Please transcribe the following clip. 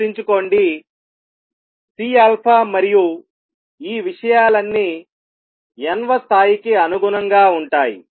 గుర్తుంచుకోండిC మరియు ఈ విషయాలన్నీ n వ స్థాయికి అనుగుణంగా ఉంటాయి